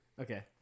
Okay